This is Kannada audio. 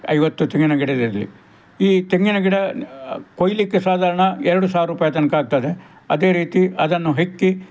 ಐವತ್ತು ತೆಂಗಿನ ಗಿಡದಲ್ಲಿ ಈ ತೆಂಗಿನ ಗಿಡ ಕೊಯ್ಯಲಿಕ್ಕೆ ಸಾಧಾರಣ ಎರಡು ಸಾವಿರ ರೂಪಾಯಿ ತನಕ ಆಗ್ತದೆ ಅದೇ ರೀತಿ ಅದನ್ನು ಹೆಕ್ಕಿ